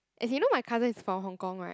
as in you know my cousin is from Hong-Kong [right]